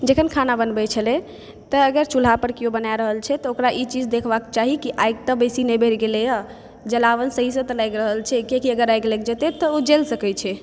जखन खाना बनबै छलै तऽ अगर चुल्हापर केओ बना रहल छै तऽ ओकरा ई चीज देखबाक चाही कि आगि तऽ बेसी नहि भरि गेलैए जलावन सहीसँ तऽ लागि रहल छै कियाकि अगर आगि लागि जेतै तऽ ओ जलि सकै छै